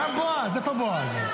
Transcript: גם בועז, איפה בועז?